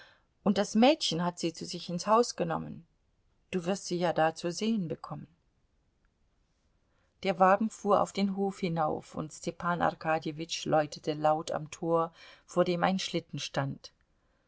und das mädchen hat sie zu sich ins haus genommen du wirst sie ja da zu sehen bekommen der wagen fuhr auf den hof hinauf und stepan arkadjewitsch läutete laut am tor vor dem ein schlitten stand